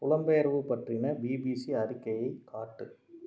புலம்பெயர்வு பற்றின பிபிசி அறிக்கையை காட்டு